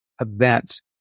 events